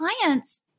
client's